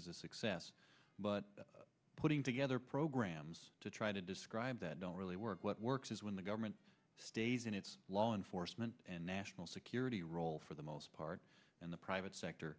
is a success but putting together programs to try to describe that don't really work what works is when the government stays in it's law enforcement and national security role for the most part and the private sector